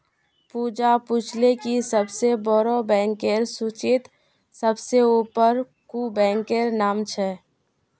पूजा पूछले कि सबसे बोड़ो बैंकेर सूचीत सबसे ऊपर कुं बैंकेर नाम छे